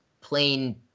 plain